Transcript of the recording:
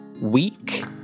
week